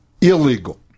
Illegal